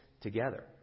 together